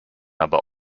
aber